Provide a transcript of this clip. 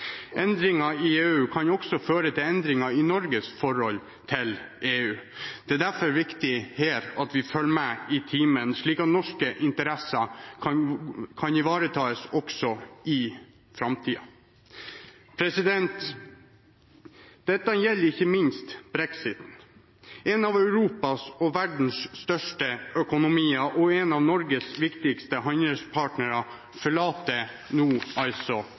Endringer i EU kan også føre til endringer i Norges forhold til EU. Det er derfor viktig at vi følger med i timen, slik at norske interesser kan ivaretas også i framtiden. Dette gjelder ikke minst brexit. En av Europas og verdens største økonomier – og en av Norges viktigste handelspartnere